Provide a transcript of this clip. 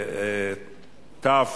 טף,